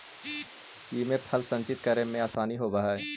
इमे फल संचित करे में आसानी होवऽ हई